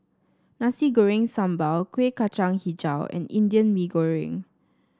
Nasi Goreng Sambal Kueh Kacang hijau and Indian Mee Goreng